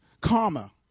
karma